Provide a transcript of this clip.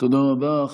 תודה רבה.